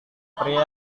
pria